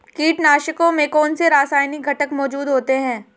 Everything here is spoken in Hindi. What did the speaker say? कीटनाशकों में कौनसे रासायनिक घटक मौजूद होते हैं?